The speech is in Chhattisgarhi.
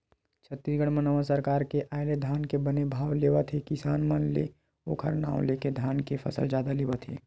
छत्तीसगढ़ म नवा सरकार के आय ले धान के बने भाव लेवत हे किसान मन ले ओखर नांव लेके धान के फसल जादा लेवत हे